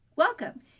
Welcome